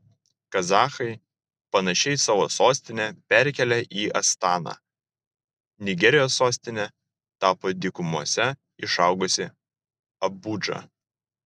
kazachai panašiai savo sostinę perkėlė į astaną nigerijos sostine tapo dykumose išaugusi abudža